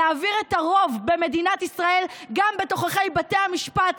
להעביר את הרוב במדינת ישראל גם בתוככי בתי המשפט,